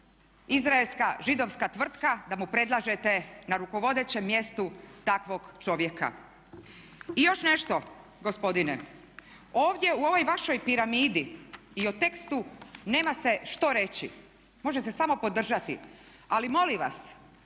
izraelska židovska tvrtka da mu predlažete na rukovodećem mjestu takvog čovjeka. I još nešto gospodine, ovdje u ovoj vašoj piramidi i o tekstu nema se što reći, može se samo podržati. Ali molim vas